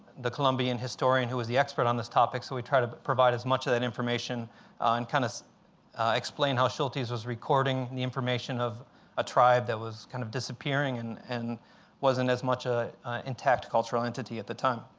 the colombian historian who is the expert on this topic, so we try to provide as much of that information and kind of explain how schultes was recording the information of a tribe that was kind of disappearing and and wasn't as much an ah intact cultural entity at the time.